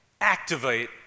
Activate